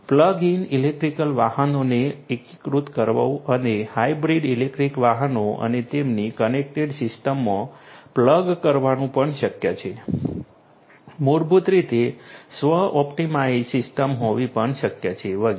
plug in electric વાહનોને એકીકૃત કરવું અને હાઇબ્રિડ ઇલેક્ટ્રિક વાહનો અને તેમની કનેક્ટેડ સિસ્ટમ્સમાં પ્લગ કરવાનું પણ શક્ય છે મૂળભૂત રીતે સ્વ ઑપ્ટિમાઇઝ સિસ્ટમ હોવી પણ શક્ય છે વગેરે